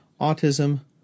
autism